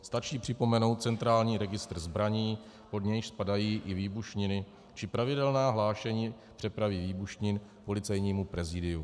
Stačí připomenout centrální registr zbraní, pod který spadají i výbušniny či pravidelná hlášení v přepravě výbušnin Policejnímu prezidiu.